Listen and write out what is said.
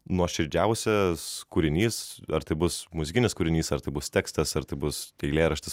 nuoširdžiausias kūrinys ar tai bus muzikinis kūrinys ar tai bus tekstas ar tai bus eilėraštis